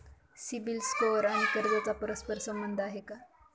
CIBIL score आणि कर्जाचा परस्पर संबंध आहे का?